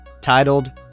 titled